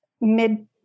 mid